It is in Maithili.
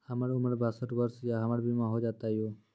हमर उम्र बासठ वर्ष या हमर बीमा हो जाता यो?